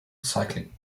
cycling